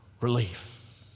relief